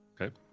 Okay